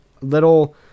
little